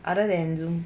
other than zoom